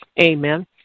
Amen